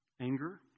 anger